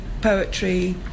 poetry